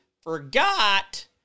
forgot